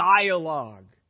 dialogue